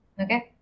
Okay